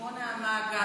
כמו נעמה,